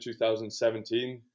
2017